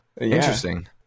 Interesting